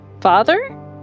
Father